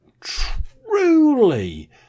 truly